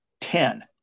Ten